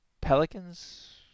Pelicans